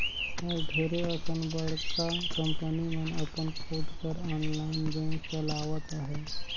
आएज ढेरे अकन बड़का कंपनी मन अपन खुद कर आनलाईन बेंक चलावत अहें